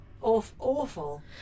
awful